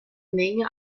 menge